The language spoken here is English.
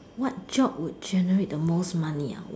what job would generate the most money ah